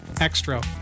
Extra